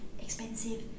expensive